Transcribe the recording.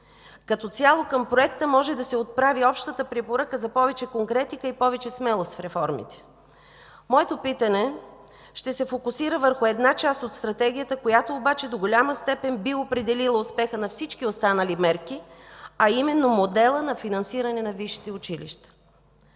Като цяло към проекта може да се отправи общата препоръка за повече конкретика и повече смелост в реформите. Моето питане ще се фокусира върху една част от Стратегията, която обаче до голяма степен би определила успеха на всички останали мерки, а именно моделът на финансиране на висшите училища.